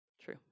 True